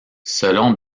selon